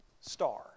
star